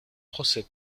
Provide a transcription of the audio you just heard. procès